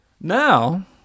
Now